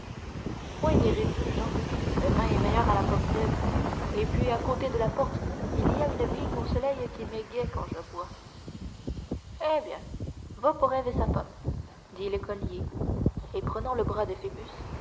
foin des rébus jehan le vin est meilleur à la pomme d'ève et puis à côté de la porte il y a une vigne au soleil qui m'égaie quand je bois eh bien va pour ève et sa pomme dit l'écolier et prenant le bras de